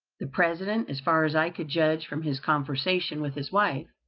the president, as far as i could judge from his conversation with his wife,